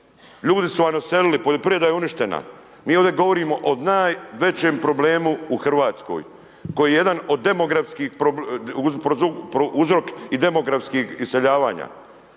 Ljudi su vam odselili, poljoprivreda je uništena. Mi ovdje govorimo od najvećem problemu u RH koji je jedan od demografskih uzrok i demografskih iseljavanja.